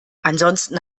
ansonsten